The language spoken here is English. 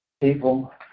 People